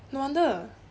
no wonder